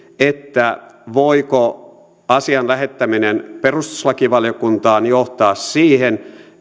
voiko asian lähettäminen perustuslakivaliokuntaan johtaa siihen